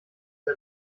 der